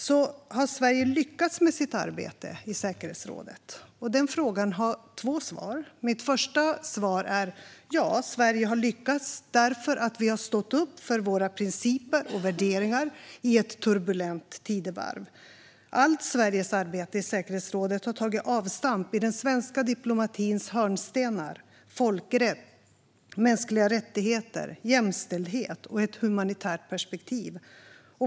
Har då Sverige lyckats med sitt arbete i säkerhetsrådet? Den frågan har två svar. Mitt första svar är att Sverige har lyckats, därför att vi har stått upp för våra principer och värderingar i ett turbulent tidevarv. Allt Sveriges arbete i säkerhetsrådet har tagit avstamp i den svenska diplomatins hörnstenar: folkrätt, mänskliga rättigheter, jämställdhet och ett humanitärt perspektiv.